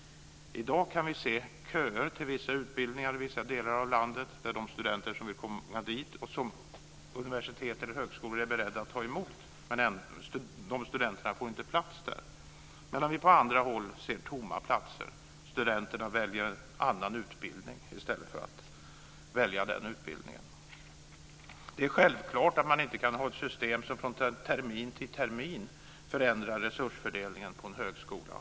I dag kan vi se köer med studenter till vissa utbildningar i vissa delar av landet och som dessa universitet och högskolor är beredda att ta emot, men studenterna får inte plats där. På andra håll finns det tomma platser. Studenterna väljer annan utbildning i stället. Det är självklart att man inte kan ha ett system som från termin till termin förändrar resursfördelningen på en högskola.